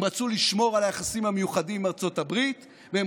הן רצו לשמור על היחסים המיוחדים עם ארצות הברית והן